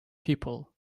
people